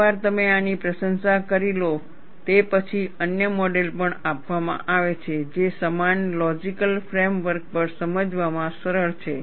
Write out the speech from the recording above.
એકવાર તમે આની પ્રશંસા કરી લો તે પછી અન્ય મોડેલો પણ આપવામાં આવે છે જે સમાન લોજિકલ ફ્રેમ વર્ક પર સમજવામાં સરળ છે